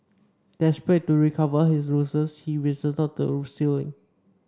desperate to recover his losses he resorted to stealing